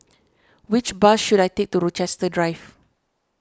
which bus should I take to Rochester Drive